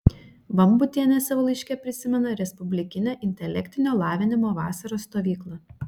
vambutienė savo laiške prisimena respublikinę intelektinio lavinimo vasaros stovyklą